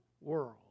world